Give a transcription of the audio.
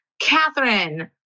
Catherine